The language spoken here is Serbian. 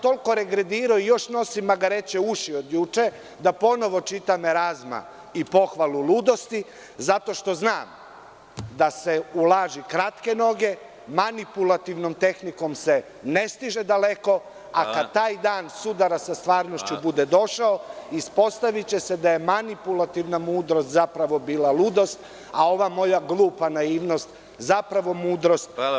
Toliko sam regredirao i još nosim magareće uši od juče da ponovo čitam Erazma i Pohvalu ludosti, zato što znam da su u lažu kratke noge, manipulativnom tehnikom se ne stiže daleko, a kada taj dan sudara sa stvarnošću bude došao, ispostaviće se da je manipulativna mudrost bila ludost, a ova moja glupa naivnost, zapravo mudrost.